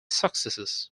successes